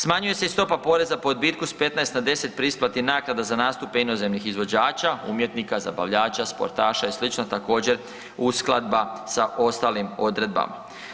Smanjuje se i stopa poreza po odbitku s 15 na 10 pri isplati naknada za nastupe inozemnih izvođača, umjetnika, zabavljača, sportaša i sl., također, uskladba sa ostalim odredbama.